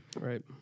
Right